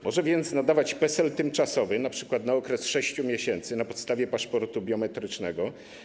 Może więc nadawać PESEL tymczasowy, np. na okres 6 miesięcy, na podstawie paszportu biometrycznego.